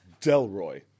Delroy